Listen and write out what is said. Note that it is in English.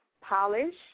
polish